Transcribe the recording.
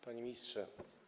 Panie Ministrze!